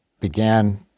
began